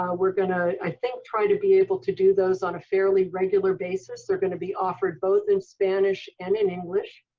um we're going to, i think, try to be able to do those on a fairly regular basis. they're going to be offered both in spanish and in english.